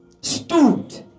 stood